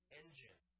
engine